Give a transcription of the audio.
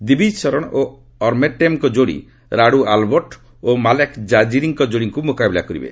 ଦିବିକ୍ ସରଣ ଓ ଅର୍ଟେମ୍ଙ୍କ ଯୋଡ଼ି ରାଡୁ ଆଲ୍ବୋର୍ଟ୍ ଓ ମାଲେକ୍ ଜାଜିରିଙ୍କ ଯୋଡ଼ିଙ୍କୁ ମୁକାବିଲା କରିବେ